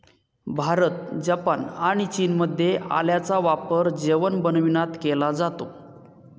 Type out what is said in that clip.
Bharat, Japan आणि चीनमध्ये आल्याचा वापर जेवण बनविण्यात केला जातो